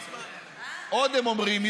עוד הם אומרים,